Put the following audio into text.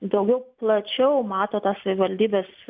daugiau plačiau mato tą savivaldybės